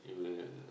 you will